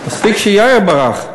מספיק שיאיר ברח.